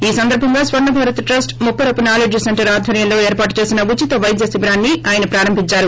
ఈ సందర్భంగా Swarnabharat trust Muppavarapu knowledge centre ఆద్వర్యంలో ఏర్పాటు చేసిన ఉచిత వైద్య శేబిరాన్ని ఆయన ప్రారంభించారు